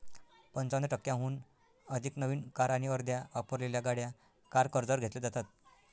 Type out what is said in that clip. पंचावन्न टक्क्यांहून अधिक नवीन कार आणि अर्ध्या वापरलेल्या गाड्या कार कर्जावर घेतल्या जातात